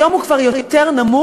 היום הוא כבר יותר נמוך,